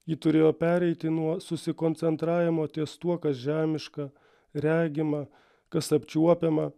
ji turėjo pereiti nuo susikoncentravimo ties tuo kas žemiška regima kas apčiuopiama